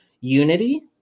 Unity